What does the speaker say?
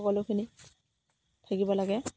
সকলোখিনি থাকিব লাগে